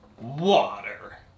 water